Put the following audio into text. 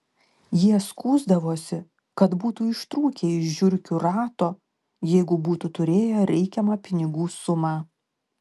jie skųsdavosi kad būtų ištrūkę iš žiurkių rato jeigu būtų turėję reikiamą pinigų sumą